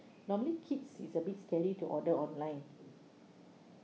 normally kids is a bit scary to order online